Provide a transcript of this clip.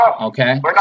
okay